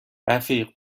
رفیق